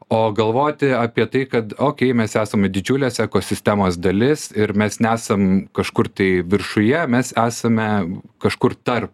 o galvoti apie tai kad ok mes esame didžiulės ekosistemos dalis ir mes nesam kažkur tai viršuje mes esame kažkur tarp